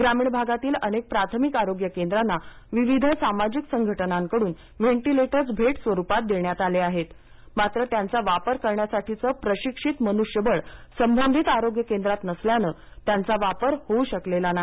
ग्रामीण भागातील अनेक प्राथमिक आरोग्य केंद्रांना विविध सामाजिक संघटनांकडून व्हेन्टिलेटर्स भेट स्वरूपात देण्यात आले आहेत मात्र त्यांचा वापर करण्यासाठीचं प्रशिक्षित मनुष्यबळ संबंधित आरोग्य केंद्रात नसल्यानं त्यांचा वापर होऊ शकलेला नाही